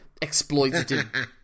exploitative